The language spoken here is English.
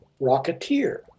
rocketeer